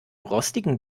rostigen